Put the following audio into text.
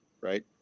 right